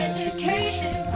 Education